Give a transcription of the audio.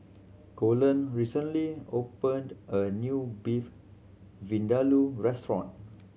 Coleen recently opened a new Beef Vindaloo Restaurant